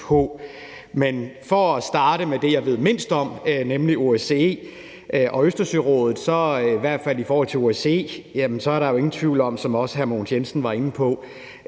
Men for at starte med det, jeg ved mindst om, nemlig OSCE og Østersørådet, så er der jo i hvert fald i forhold til OSCE ingen tvivl om, som også hr. Mogens Jensen var inde på,